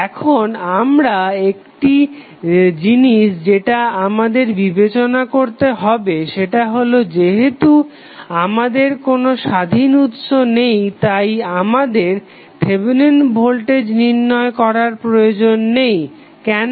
এখন আরও একটা জিনিস যেটা আমাদের বিবেচনা করতে হবে সেটা হলো যেহেতু আমাদের কোনো স্বাধীন উৎস নেই তাই আমাদের থেভেনিন ভোল্টেজ নির্ণয় করার প্রয়োজন নেই কেন